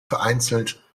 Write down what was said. vereinzelt